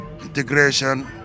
integration